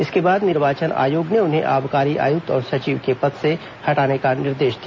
इसके बाद निर्वाचन आयोग ने उन्हें आबकारी आयुक्त और सचिव के पद से हटाने का निर्देश दिया